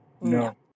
No